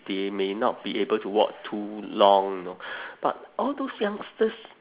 they may not be able to walk too long you know but all those youngsters